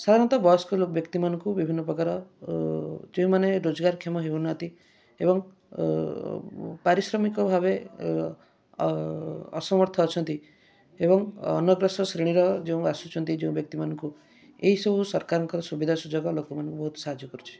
ସାଧାରଣତଃ ବୟସ୍କ ବ୍ୟକ୍ତିମାନଙ୍କୁ ବିଭିନ୍ନ ପ୍ରକାର ଯେଉଁମାନେ ରୋଜଗାର କ୍ଷମ ହେଉନାହାନ୍ତି ଏବଂ ପାରିଶ୍ରମିକ ଭାବେ ଅସମର୍ଥ ଅଛନ୍ତି ଏବଂ ଅନପ୍ରସ ଶ୍ରେଣୀର ଯେଉଁ ଆସୁଛନ୍ତି ଯେଉଁ ବ୍ୟକ୍ତିମାନଙ୍କୁ ଏହି ସବୁ ସରକାରଙ୍କର ସୁବିଧା ସୁଯୋଗ ଲୋକମାନଙ୍କୁ ବହୁତ ସାହାଯ୍ୟ କରୁଛି